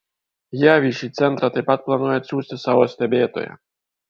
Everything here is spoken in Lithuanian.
jav į šį centrą taip pat planuoja atsiųsti savo stebėtoją